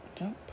Nope